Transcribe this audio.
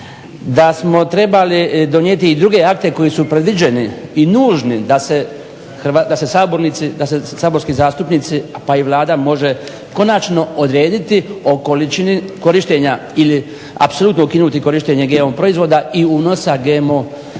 da smo trebali donijeti i druge akte koji su predviđeni i nužni da se saborski zastupnici pa i Vlada može konačno odrediti o količini korištenja ili apsolutno ukinuti korištenje GMO proizvoda i unosa GMO organizama